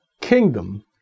kingdom